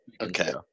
Okay